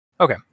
Okay